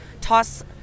toss